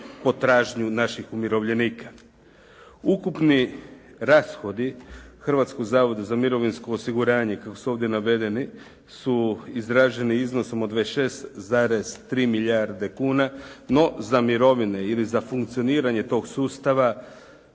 potražnju naših umirovljenika. Ukupni rashodi Hrvatskog zavoda za mirovinsko osiguranje kako su ovdje navedeni su izraženi iznosom od 26,3 milijarde kuna. No, za mirovine ili za funkcioniranje tog sustava